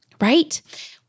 right